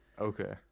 Okay